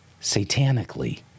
satanically